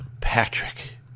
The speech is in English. Patrick